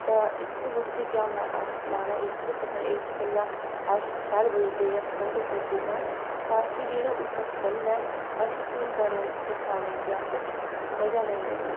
तां इसी बूह्टे गी आना अस लाना इसलेई पस इस गल्ला अस शैल बुझदे आं पंसद करदे आं तां कि जेह्ड़ा ओह्दा फल ऐ असेंगी थ्होंदा रौह्ग ते खाने गी अस मजा लैंदे रौह्ग